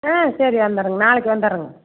ம் சரி வந்துடுறேங்க நாளைக்கு வந்துடுறேங்க